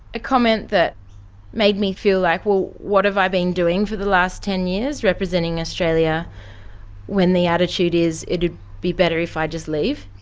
a comment that made me feel like what have i been doing for the last ten years representing australia when the attitude is it would be better if i just leave?